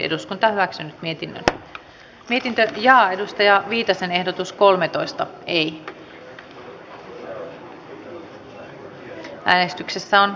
eduskunta edellyttää että hallitus antaa esityksen työtulovähennyksen kohdentamiseksi nykyistä vahvemmin pieni ja keskituloisille sekä esityksen perus ja eläketulovähennysten korottamisesta